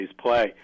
play